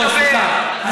לא, סליחה.